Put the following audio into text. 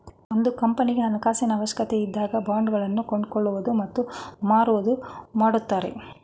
ಒಂದು ಕಂಪನಿಗೆ ಹಣಕಾಸಿನ ಅವಶ್ಯಕತೆ ಇದ್ದಾಗ ಬಾಂಡ್ ಗಳನ್ನು ಕೊಂಡುಕೊಳ್ಳುವುದು ಮತ್ತು ಮಾರುವುದು ಮಾಡುತ್ತಾರೆ